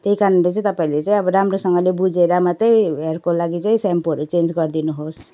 त्यही कारणले चाहिँ तपाईँहरूले चाहिँ अब राम्रोसँगले बुझेर मात्रै हेयरको लागि चाहिँ स्याम्पूहरू चेन्ज गरिदिनु होस्